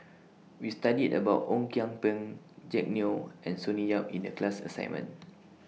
We studied about Ong Kian Peng Jack Neo and Sonny Yap in The class assignment